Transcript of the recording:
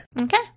Okay